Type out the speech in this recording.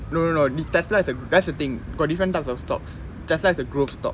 no no not this tesla is a that's the the thing got different types of stocks tesla is a growth stock